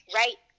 right